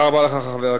ואולם,